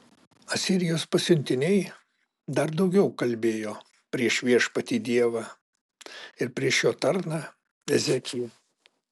asirijos pasiuntiniai dar daugiau kalbėjo prieš viešpatį dievą ir prieš jo tarną ezekiją